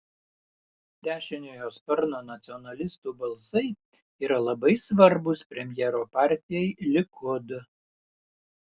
dešiniojo sparno nacionalistų balsai yra labai svarbūs premjero partijai likud